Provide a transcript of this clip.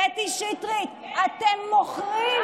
קטי שטרית, אתם מוכרים.